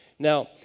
Now